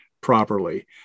properly